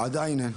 עדיין אין.